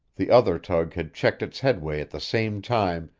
the other tug had checked its headway at the same time,